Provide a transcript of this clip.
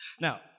Now